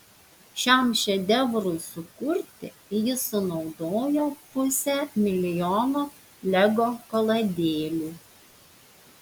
šiam šedevrui sukurti jis sunaudojo pusę milijono lego kaladėlių